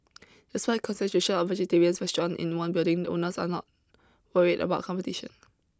despite concentration of vegetarian restaurants in one building owners there are not worried about competition